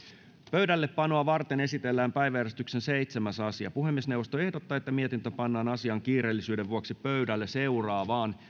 pöydällepanoa varten esitellään päiväjärjestyksen seitsemäs asia puhemiesneuvosto ehdottaa että mietintö pannaan asian kiireellisyyden vuoksi pöydälle seuraavaan